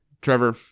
Trevor